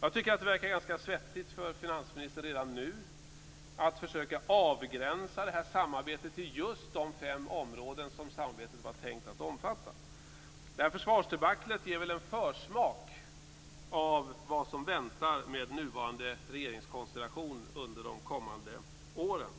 Jag tycker det verkar ganska svettigt för finansministern redan nu att försöka avgränsa samarbetet till just de fem områden som samarbetet var tänkt att omfatta. Försvarsdebaklet ger en försmak av vad som väntar med nuvarande regeringskonstellation under de kommande åren.